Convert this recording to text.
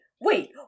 wait